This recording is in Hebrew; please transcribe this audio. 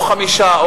או חמישה,